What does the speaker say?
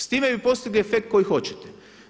S time bi postigli efekt koji hoćete.